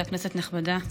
כנסת נכבדה,